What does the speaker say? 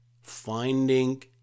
Finding